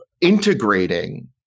integrating